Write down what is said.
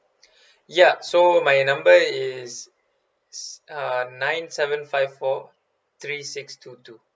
ya so my number is uh nine seven five four three six two two